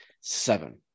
Seven